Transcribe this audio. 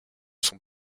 sont